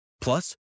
Plus